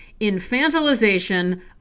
infantilization